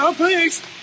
Please